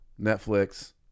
Netflix